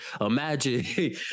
imagine